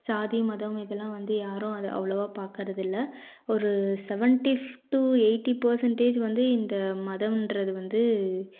சாதி மதம் இதெல்லாம் வந்து யாரும் அதை அவ்வளோவா பார்க்கறதில்ல ஒரு செவென்டி டூ எயிட்டி பர்சன்டேஜ் வந்து இந்த மதம்ன்றது வந்து